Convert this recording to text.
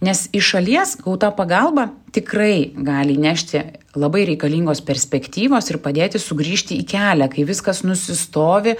nes iš šalies gauta pagalba tikrai gali įnešti labai reikalingos perspektyvos ir padėti sugrįžti į kelią kai viskas nusistovi